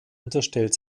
unterstellt